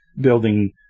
building